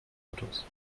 autos